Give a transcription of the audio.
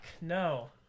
no